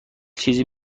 چیزی